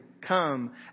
come